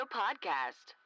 podcast